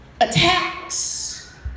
Attacks